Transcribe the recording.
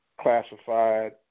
classified